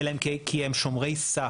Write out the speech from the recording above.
אלא כי הם שומרי סף.